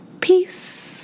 Peace